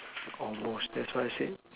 almost that's what I said